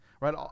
right